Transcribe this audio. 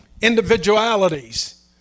individualities